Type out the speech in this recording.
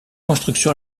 construction